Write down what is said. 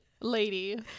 Lady